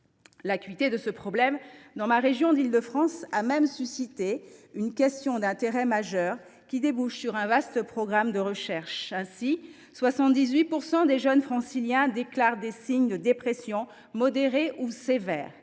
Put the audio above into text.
L’acuité de ce problème dans ma région, l’Île de France, a même suscité une question d’intérêt majeur, qui débouche sur un vaste programme de recherche. Ainsi, 78 % des jeunes Franciliens déclarent des signes de dépression modérée ou sévère.